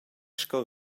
sco